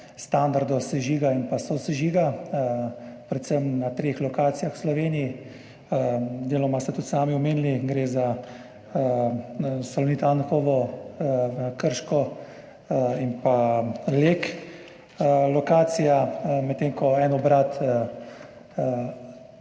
standardov sežiga in sosežiga, predvsem na treh lokacijah v Sloveniji. Deloma ste tudi sami omenili, gre za Salonit Anhovo, Krško in pa lokacija Leka, medtem ko en obrat